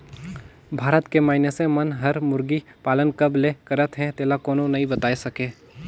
भारत के मइनसे मन हर मुरगी पालन कब ले करत हे तेला कोनो नइ बताय सके